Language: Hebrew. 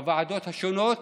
בוועדות השונות,